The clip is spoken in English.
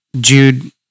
Jude